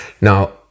Now